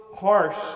harsh